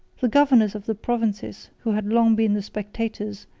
the governors of the provinces, who had long been the spectators,